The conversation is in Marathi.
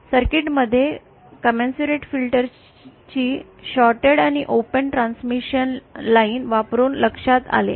सर्किटमध्ये या कमेन्सरिट फिल्टर् ची शॉर्ट्ड आणि ओपन ट्रान्समिशन लाइन वापरुन लक्षात आले